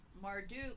Marduk